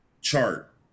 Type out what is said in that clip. chart